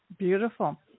Beautiful